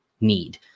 need